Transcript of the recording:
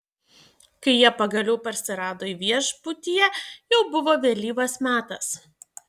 kai jie pagaliau parsirado į viešbutyje jau buvo vėlyvas metas